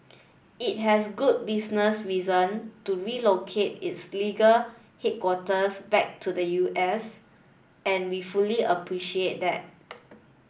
it has good business reason to relocate its legal headquarters back to the U S and we fully appreciate that